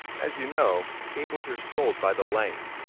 as you know, cables are sold by the length.